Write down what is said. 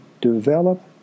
develop